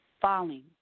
falling